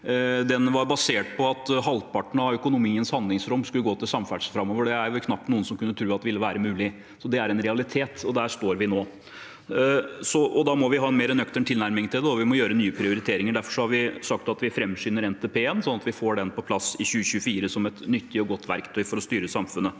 Den var basert på at halvparten av økonomiens handlingsrom skulle gå til samferdsel framover. Det er det vel knapt noen som kan tro vil være mulig. Det er en realitet, og der står vi nå. Da må vi ha en mer nøktern tilnærming til det, og vi må gjøre nye prioriteringer. Derfor har vi sagt at vi framskynder NTP-en, slik at vi får den på plass i 2024, som et nyttig og godt verktøy for å styre samfunnet.